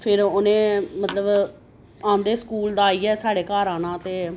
फिर उ'नें मतलब आंदे स्कूल दा आइयै साढ़े घर आना ते